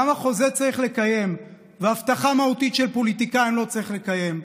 למה חוזה צריך לקיים והבטחה מהותית של פוליטיקאים לא צריך לקיים?